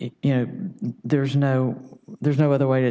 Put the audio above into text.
you know there's no there's no other way to